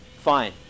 Fine